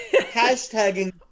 hashtagging